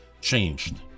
changed